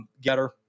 getter